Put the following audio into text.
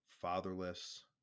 fatherless